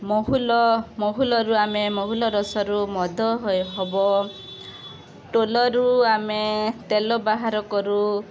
ମହୁଲ ମହୁଲରୁ ଆମେ ମହୁଲ ରସରୁ ମଦ ହେବ ଟୋଲରୁ ଆମେ ତେଲ ବାହାର କରୁ